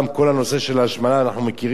כל הנושא של ההשמנה, אתם מכירים את